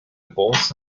bought